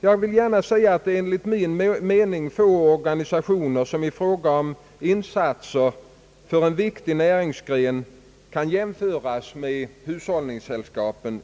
Det finns enligt min mening få organisationer som i fråga om insatser för en viktig näringsgren kan jämföras med hushållningssällskapen.